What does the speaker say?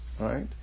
Right